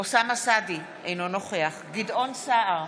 אוסאמה סעדי, אינו נוכח גדעון סער,